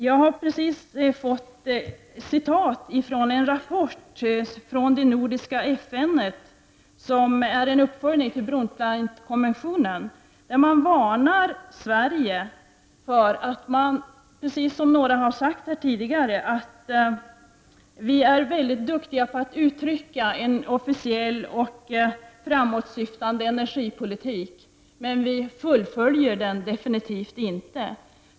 Jag har precis fått citat ur en rapport från Nordens FN. Det är en uppföljning av Brundtlandkommissionen. Där varnar man Sverige för att, precis som några har sagt tidigare, vi är mycket duktiga på att uttrycka en officiell och framåtsyftande energipolitik, men vi fullföljer den definitivt inte.